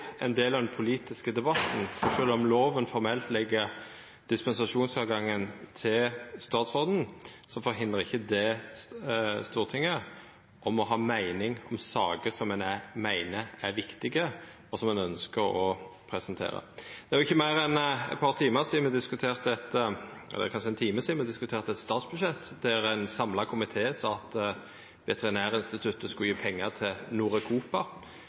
ein del av den politiske debatten. Sjølv om lova formelt legg dispensasjonsretten til statsråden, forhindrar ikkje det Stortinget i å ha meining om saker som ein meiner er viktige, og som ein ønskjer å presentera. Det er ikkje meir enn eit par timar sidan, eller kanskje éin time sidan, me diskuterte eit statsbudsjett der ein samla komité sa at Veterinærinstituttet skulle gje pengar til